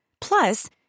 Plus